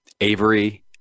avery